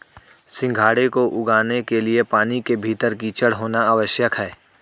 सिंघाड़े को उगाने के लिए पानी के भीतर कीचड़ होना आवश्यक है